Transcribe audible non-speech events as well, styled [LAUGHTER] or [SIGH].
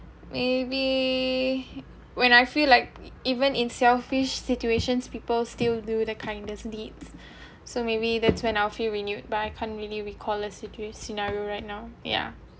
[BREATH] maybe when I feel like even in selfish situations people still do the kindest deeds [BREATH] so maybe that's when I'll feel renewed but I can't really recall a situation scenario right now yeah